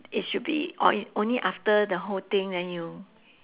it should be on~ only after the whole thing then you